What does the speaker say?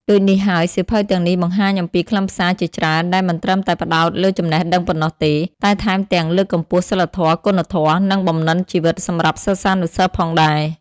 ដូចនេះហើយ សៀវភៅទាំងនេះបង្ហាញអំពីខ្លឹមសារជាច្រើនដែលមិនត្រឹមតែផ្ដោតលើចំណេះដឹងប៉ុណ្ណោះទេ តែថែមទាំងលើកកម្ពស់សីលធម៌ គុណធម៌ និងបំណិនជីវិតសម្រាប់សិស្សានុសិស្សផងដែរ។